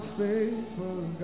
faithful